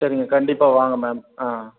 சரிங்க கண்டிப்பாக வாங்க மேம் ஆ